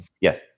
Yes